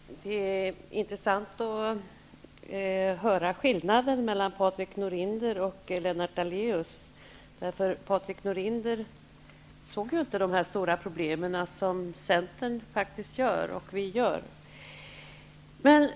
Herr talman! Det är intressant att höra skillnaden mellan Patrik Norinder och Lennart Daléus. Patrik Norinder såg inte de stora problem som Centern faktiskt ser, och som vi ser.